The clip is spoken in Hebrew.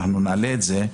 אנחנו נעלה את זה,